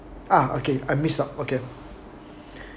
ah okay I missed up okay